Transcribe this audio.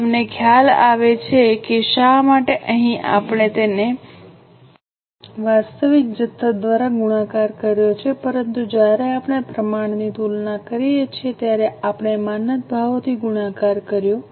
હવે તમને ખ્યાલ આવે છે કે શા માટે અહીં આપણે તેને વાસ્તવિક જથ્થા દ્વારા ગુણાકાર કર્યો છે પરંતુ જ્યારે આપણે પ્રમાણની તુલના કરીએ ત્યારે આપણે માનક ભાવોથી ગુણાકાર કર્યો